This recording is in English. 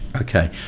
okay